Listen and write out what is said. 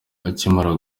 akimara